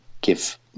give